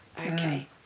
Okay